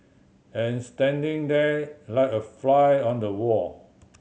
and standing there like a fly on the wall